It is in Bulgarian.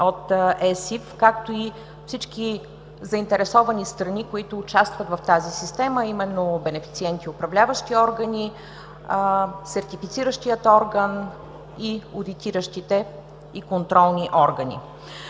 фондове, както и всички заинтересовани страни, които участват в тази система, а именно бенефициенти – управляващи органи, сертифициращият орган, одитиращите и контролните органи.